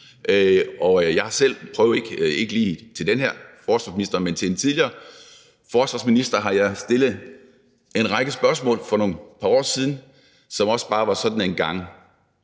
Jeg har selv prøvet det: Ikke lige til den her forsvarsminister, men til en tidligere forsvarsminister har jeg stillet en række spørgsmål for et par år siden, som også bare fik sådan en gang